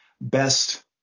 best